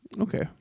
Okay